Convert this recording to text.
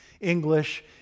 English